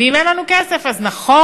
ואם אין לנו כסף, אז נכון,